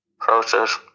process